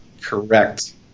Correct